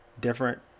different